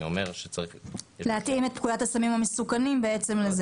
אתה אומר שצריך להתאים את פקודת הסמים המסוכנים לזה.